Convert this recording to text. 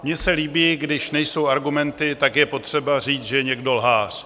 Mně se líbí, když nejsou argumenty, tak je potřeba říct, že je někdo lhář.